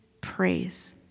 praise